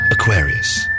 Aquarius